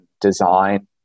design